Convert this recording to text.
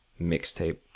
mixtape